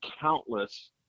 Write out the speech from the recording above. countless